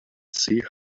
see